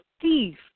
thief